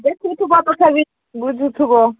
ଦେଖୁଥିବ ତଥାବିି ବୁଝୁଥୁିବ